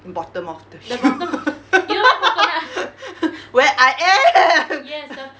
bottom of the hill where I am